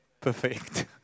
perfect